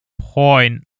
point